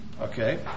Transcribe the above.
Okay